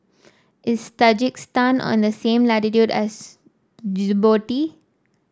is Tajikistan on the same latitude as Djibouti